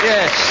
Yes